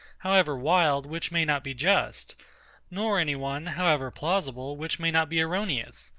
however wild, which may not be just nor any one, however plausible, which may not be erroneous.